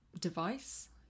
device